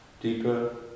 deeper